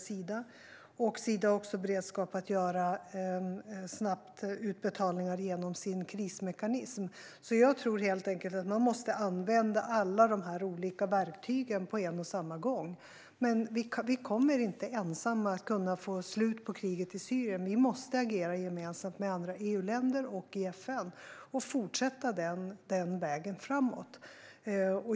Sida har också beredskap att snabbt göra utbetalningar genom sin krismekanism. Jag tror helt enkelt att man måste använda alla dessa olika verktyg på en och samma gång. Men vi kommer inte ensamma att kunna få slut på kriget i Syrien. Vi måste agera gemensamt med andra EU-länder och i FN och fortsätta denna väg framåt.